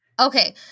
Okay